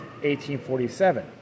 1847